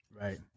right